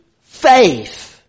faith